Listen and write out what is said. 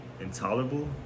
intolerable